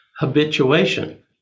habituation